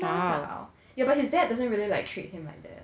妈宝 yeah but his dad doesn't really like treat him like that